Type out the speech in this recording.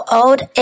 old